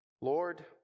Lord